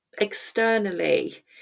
externally